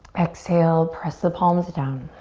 exhale, press the palms down.